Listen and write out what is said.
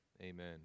Amen